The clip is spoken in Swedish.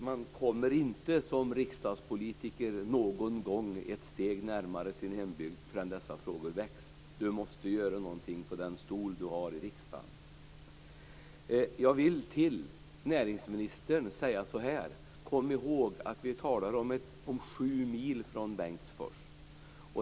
Man kommer inte som rikspolitiker någon gång ett steg närmare sin hembygd förrän dessa frågor väcks. "Du måste göra någonting på den stol du har i riksdagen", heter det. Jag vill till näringsministern säga så här: Kom ihåg att vi talar om en ort sju mil från Bengtsfors.